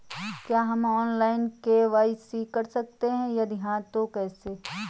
क्या हम online KYC कर सकते हैं यदि हाँ तो कैसे?